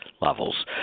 levels